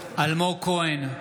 כהן,